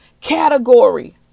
category